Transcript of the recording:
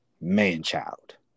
man-child